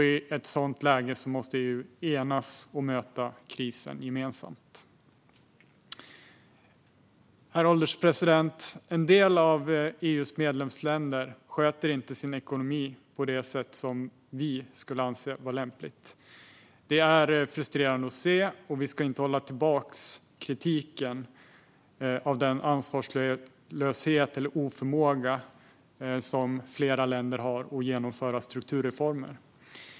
I ett sådant läge måste EU enas och möta krisen gemensamt. Herr ålderspresident! En del av EU:s medlemsländer sköter inte sin ekonomi på det sätt som vi anser vara lämpligt. Det är frustrerande att se, och vi ska inte hålla tillbaka kritiken mot den ansvarslöshet eller oförmåga som flera länder har när det gäller att genomföra strukturreformer.